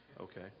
okay